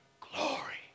Glory